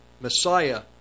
Messiah